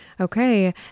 Okay